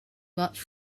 much